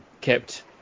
kept